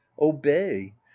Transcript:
obey